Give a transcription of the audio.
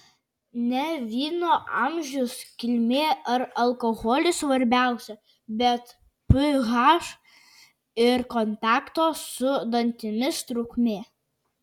ne vyno amžius kilmė ar alkoholis svarbiausia bet ph ir kontakto su dantimis trukmė